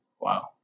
Wow